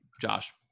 Josh